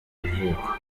ivuko